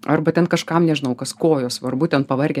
arba ten kažkam nežinau kas kojos svarbu ten pavargę